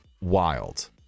wild